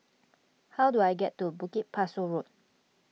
how do I get to Bukit Pasoh Road